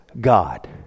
God